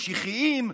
משיחיים.